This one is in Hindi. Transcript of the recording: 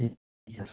ठीक है जैसे समझना